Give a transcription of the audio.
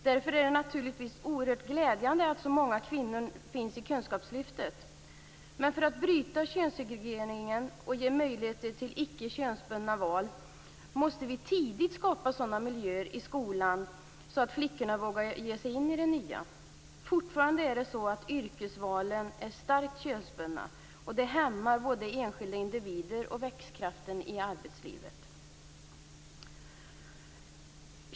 Därför är det naturligtvis oerhört glädjande att så många kvinnor finns i kunskapslyftet. För att bryta könssegregeringen och ge möjligheter till icke könsbundna val måste vi tidigt skapa sådana miljöer i skolan att flickorna vågar ge sig in i det nya. Fortfarande är yrkesvalen starkt könsbundna. Det hämmar både enskilda individer och växtkraften i arbetslivet.